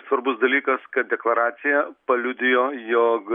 svarbus dalykas kad deklaracija paliudijo jog